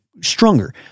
stronger